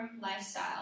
lifestyle